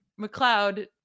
McLeod